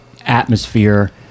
atmosphere